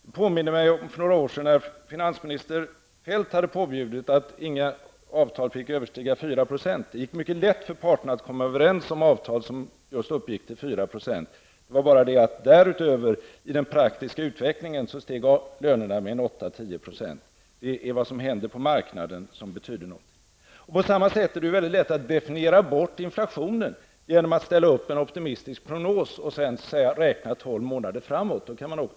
Det påminner mig om när finansminister Feldt för några år sedan hade påbjudit att inga avtal fick överstiga 4 %. Det var mycket lätt för parterna att komma överens om avtal som uppgick till just 4 %, men därutöver, i den praktiska utvecklingen, steg lönerna med 8--10 %. Det är vad som händer på marknaden som betyder något. På samma sätt är det väldigt lätt att definiera bort inflationen genom att ställa upp en optimistisk prognos och sedan räkna tolv månader framåt.